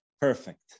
perfect